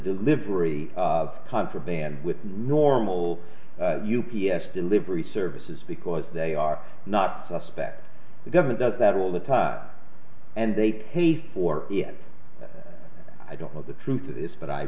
delivery of contraband with normal u p s delivery services because they are not suspects the government does that all the time and they pay for it i don't know the truth of this but i